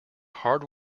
hard